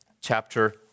chapter